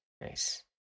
Nice